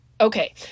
okay